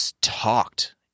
talked